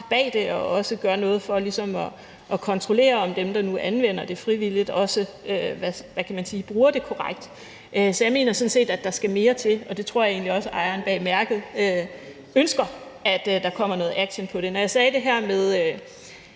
bag det og også gør noget for at kontrollere, om dem, der nu anvender det frivilligt, også bruger det korrekt. Så jeg mener sådan set, at der skal mere til, og det tror jeg egentlig også ejeren bag mærket ønsker der kommer noget action på. Når jeg sagde det her med